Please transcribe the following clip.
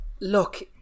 Look